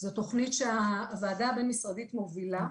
זו תוכנית שהוועדה הבין משרדית מובילה.